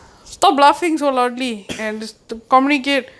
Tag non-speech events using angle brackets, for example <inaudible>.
<coughs>